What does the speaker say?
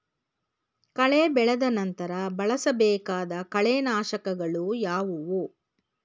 ಕಳೆ ಬೆಳೆದ ನಂತರ ಬಳಸಬೇಕಾದ ಕಳೆನಾಶಕಗಳು ಯಾವುವು?